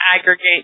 aggregate